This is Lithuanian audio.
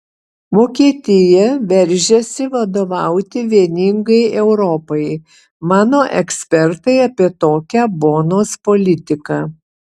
vokietija veržiasi vadovauti vieningai europai mano ekspertai apie tokią bonos politiką